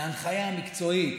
להנחיה המקצועית